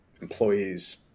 employees